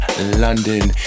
London